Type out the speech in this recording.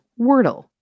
Wordle